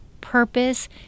purpose